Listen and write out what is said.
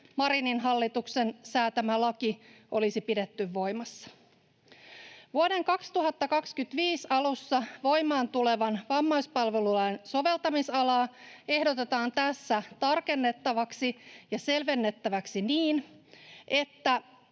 Marinin hallituksen säätämä laki olisi pidetty voimassa. Vuoden 2025 alussa voimaan tulevan vammaispalvelulain soveltamisalaa ehdotetaan tässä tarkennettavaksi ja selvennettäväksi niin, että